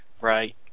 Right